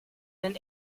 den